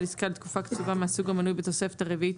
עסקה לתקופה קצובה מהסוג המנוי בתוספת הרביעית,